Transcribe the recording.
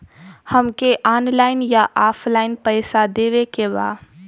हमके ऑनलाइन या ऑफलाइन पैसा देवे के बा?